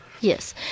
Yes